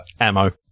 ammo